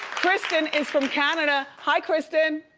kristen is from canada. hi, kristen.